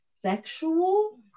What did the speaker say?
Sexual